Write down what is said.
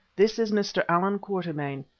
this is mr. allan quatermain,